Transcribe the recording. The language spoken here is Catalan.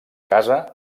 casa